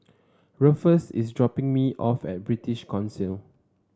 Rufus is dropping me off at British Council